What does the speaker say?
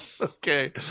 Okay